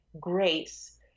grace